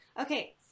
Okay